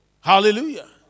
Hallelujah